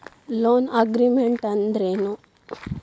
Loan agreement ಅಂದ್ರೇನು?